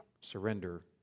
surrender